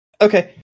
Okay